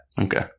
Okay